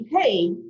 hey